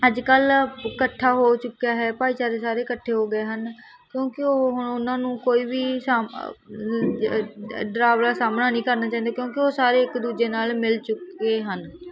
ਅੱਜ ਕੱਲ੍ਹ ਇਕੱਠਾ ਹੋ ਚੁੱਕਿਆ ਹੈ ਭਾਈਚਾਰੇ ਸਾਰੇ ਇਕੱਠੇ ਹੋ ਗਏ ਹਨ ਕਿਉਂਕਿ ਉਹ ਹੁਣ ਉਹਨਾਂ ਨੂੰ ਕੋਈ ਵੀ ਡਰਾਵੇ ਦਾ ਸਾਹਮਣਾ ਨਹੀਂ ਕਰਨਾ ਚਾਹੁੰਦੇ ਕਿਉਂਕਿ ਉਹ ਸਾਰੇ ਇੱਕ ਦੂਜੇ ਨਾਲ ਮਿਲ ਚੁੱਕੇ ਹਨ